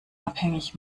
abhängig